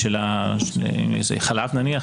ושל החלב נניח,